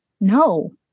No